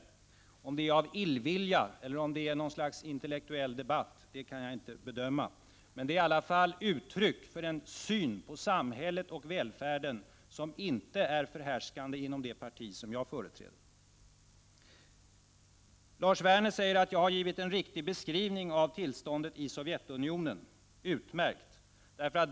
Om uttalandet har gjorts av illvilja eller om det är något slags intellektuell debatt, det kan jag inte bedöma. Men det är i alla fall uttryck för en syn på samhället och välfärden som inte är förhärskande inom det parti som jag företräder. Lars Werner säger att jag har givit en riktig beskrivning av tillståndet i Sovjetunionen. Utmärkt!